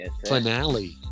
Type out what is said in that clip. finale